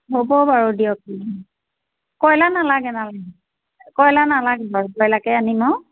হ'ব বাৰু দিয়ক কইলা নালাগে নালাগে কয়লা নালাগে বাৰু বইলাৰকে আনিম আৰু